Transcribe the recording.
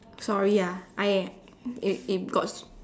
sorry ah I it it got